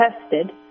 tested